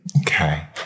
Okay